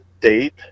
date